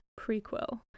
prequel